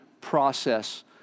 process